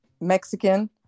Mexican